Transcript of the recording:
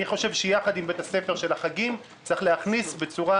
אני חושב שיחד עם בית הספר של החגים צריך להכניס בצורה